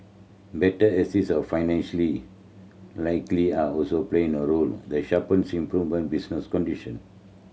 better access of financially likely are also played a role the sharp improvement in business condition